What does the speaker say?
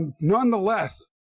nonetheless